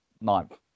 ninth